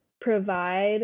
provide